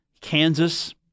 Kansas